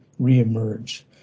reemerge